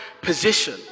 position